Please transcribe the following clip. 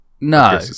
No